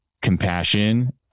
compassion